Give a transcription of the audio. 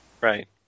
Right